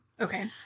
Okay